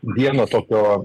vieno tokio